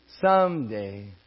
someday